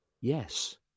Yes